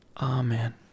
Amen